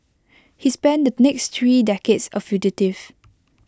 he spent the next three decades A fugitive